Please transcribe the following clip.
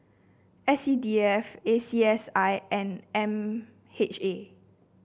S C D F A C S I and M H A